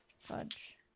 Fudge